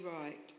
right